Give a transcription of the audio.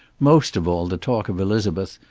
most of all the talk of elizabeth,